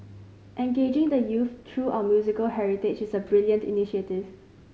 engaging the youth through our musical heritage is a brilliant initiative